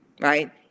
right